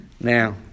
Now